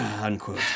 Unquote